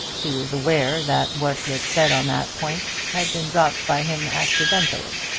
he was aware that what he had said on that point had been dropped by him accidentally,